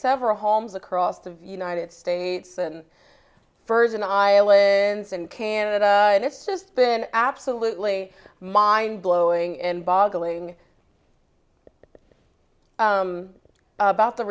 several homes across the united states and virgin islands and canada and it's just been absolutely mind blowing and boggling about the